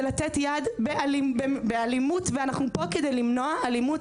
זה לתת יד באלימות ואנחנו פה כדי למנוע אלימות.